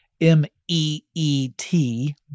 M-E-E-T